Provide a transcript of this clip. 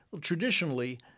Traditionally